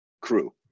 crew